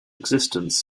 existence